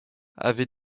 avait